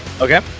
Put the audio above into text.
Okay